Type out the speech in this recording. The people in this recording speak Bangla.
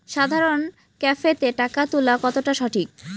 সাধারণ ক্যাফেতে টাকা তুলা কতটা সঠিক?